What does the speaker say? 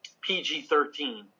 PG-13